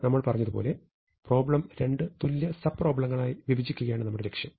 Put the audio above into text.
നമ്മൾ പറഞ്ഞതുപോലെ പ്രോബ്ലം രണ്ട് തുല്യ സബ് പ്രോബ്ലെങ്ങളായി വിഭജിക്കുകയാണ് നമ്മുടെ ലക്ഷ്യം